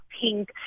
pink